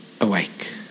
awake